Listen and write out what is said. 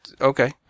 Okay